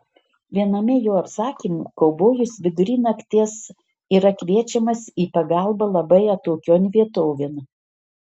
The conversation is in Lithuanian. viename jo apsakymų kaubojus vidury nakties yra kviečiamas į pagalbą labai atokion vietovėn